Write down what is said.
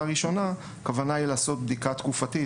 הראשונה הכוונה היא לעשות בדיקה תקופתית,